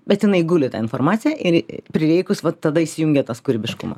bet jinai guli ta informacija ir prireikus vat tada įsijungia tas kūrybiškumas